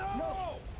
no!